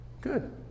Good